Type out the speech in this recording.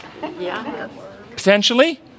potentially